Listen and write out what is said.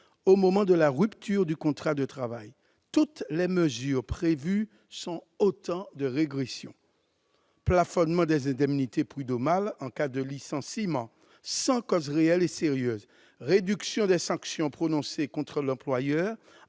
au moment de la rupture du contrat de travail. Toutes les mesures prévues sont autant de régressions : plafonnement des indemnités prud'homales en cas de licenciement sans cause réelle et sérieuse, réduction des sanctions prononcées contre l'employeur